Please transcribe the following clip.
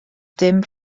dim